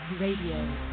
Radio